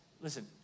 Listen